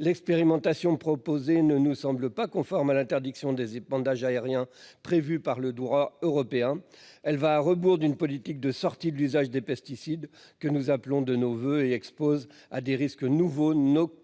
L'expérimentation proposée ne nous semble pas conforme à l'interdiction des épandages aériens prévue par le droit européen. Elle va à rebours d'une politique de sortie de l'usage des pesticides que nous appelons de nos voeux, cependant qu'elle expose nos